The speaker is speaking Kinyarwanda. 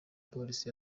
polisi